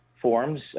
forms